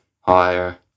higher